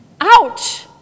Ouch